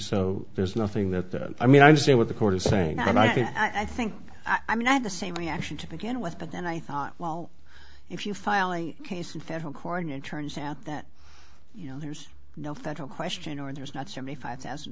so there's nothing that i mean i'm saying what the court is saying and i think i mean i had the same reaction to begin with but then i thought well if you file a case in federal court and it turns out that you know there's no federal question or there's not seventy five thousand